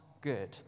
good